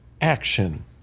action